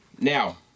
Now